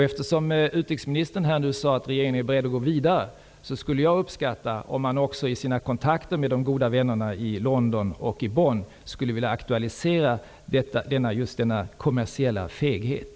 Eftersom utrikesministern nu sade att regeringen är beredd att gå vidare skulle jag uppskatta om man också i sina kontakter med de goda vännerna i London och i Bonn skulle vilja aktualisera just denna kommersiella feghet.